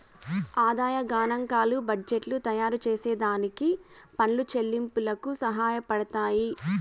ఆదాయ గనాంకాలు బడ్జెట్టు తయారుచేసే దానికి పన్ను చెల్లింపులకి సహాయపడతయ్యి